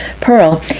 Pearl